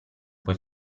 puoi